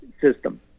system